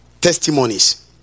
testimonies